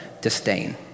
disdain